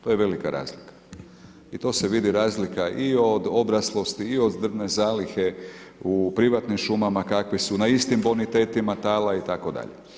To je velika razlika i to se vidi razlika i od obraslosti i od drvne zalihe u privatnim šumama kakve su, na istim bonitetima tala itd.